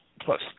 Plus